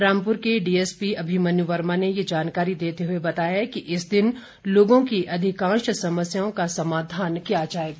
रामपुर के डीएसपी अभिमन्यु वर्मा ने ये जानकारी देते हुए बताया कि इस दिन लोगों की अधिकांश समस्याओं का समाधान किया जाएगा